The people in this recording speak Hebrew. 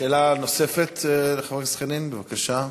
שאלה נוספת לחבר הכנסת חנין, בבקשה.